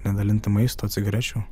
nedalintų maisto cigarečių